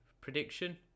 Prediction